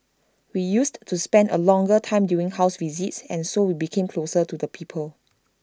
we used to spend A longer time during house visits and so we became closer to the people